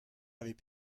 avait